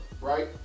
right